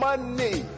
Money